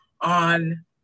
on